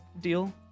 deal